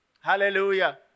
Hallelujah